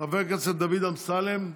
חבר הכנסת דוד אמסלם,